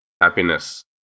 happiness